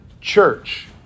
church